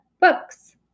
Books